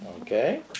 Okay